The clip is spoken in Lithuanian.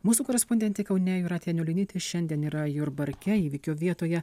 mūsų korespondentė kaune jūratė anilionytė šiandien yra jurbarke įvykio vietoje